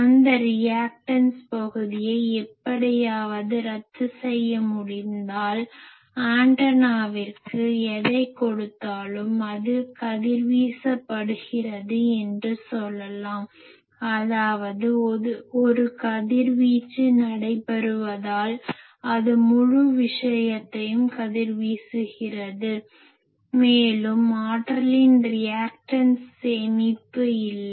அந்த ரியாக்டன்ஸ் பகுதியை எப்படியாவது ரத்து செய்ய முடிந்தால் ஆண்டனாவிற்கு எதைக் கொடுத்தாலும் அது கதிர்வீசப்படுகிறது என்று சொல்லலாம் அதாவது ஒரு கதிர்வீச்சு நடைபெறுவதால் அது முழு விஷயத்தையும் கதிர்வீசுகிறது மேலும் ஆற்றலின் ரியாக்டன்ஸ் சேமிப்பு இல்லை